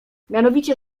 mianowicie